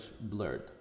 blurred